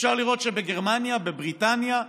אפשר לראות שבגרמניה, בבריטניה,